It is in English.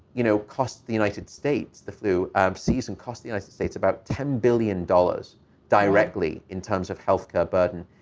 you know, cost the united states, the flu season cost the united states about ten billion dollars directly in terms of healthcare burden.